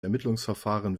ermittlungsverfahren